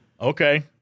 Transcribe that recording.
Okay